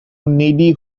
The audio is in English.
needy